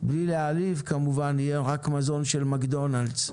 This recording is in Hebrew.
בלי להעליב כמובן יהיה רק מזון של מקדונלדס.